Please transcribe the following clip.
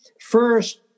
First